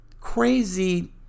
crazy